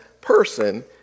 person